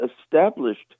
established